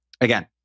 Again